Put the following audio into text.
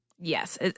Yes